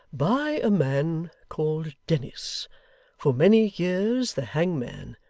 by a man called dennis for many years the hangman,